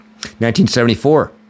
1974